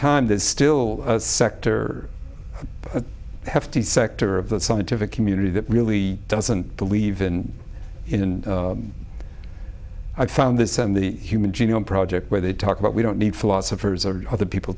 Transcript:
time there's still a sector have to be sector of the scientific community that really doesn't believe in it and i found this on the human genome project where they talk about we don't need philosophers or other people